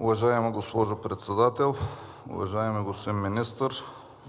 Уважаема госпожо Председател, уважаеми господин Министър,